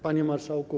Panie Marszałku!